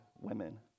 women